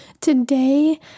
Today